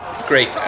Great